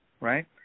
right